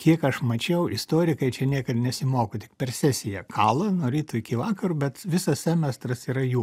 kiek aš mačiau istorikai čia niekad nesimoko tik per sesiją kala nuo ryto iki vakaro bet visas semestras yra jų